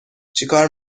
چیکار